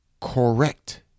correct